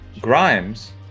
Grimes